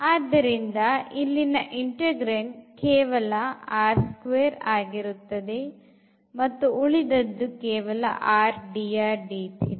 ಆದ್ದರಿಂದ ಇಲ್ಲಿನ integrand ಕೇವಲ ಆಗಿರುತ್ತದೆ ಮತ್ತು ಉಳಿದದ್ದು ಕೇವಲ r dr dθ